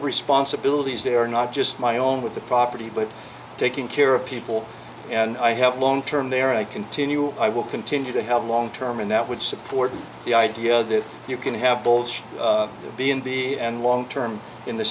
responsibilities they are not just my own with the property but taking care of people and i have long term there and i continue i will continue to have long term and that would support the idea that you can have both b and b and long term in the